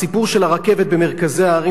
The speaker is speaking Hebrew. הסיפור של הרכבת במרכזי הערים,